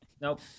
Nope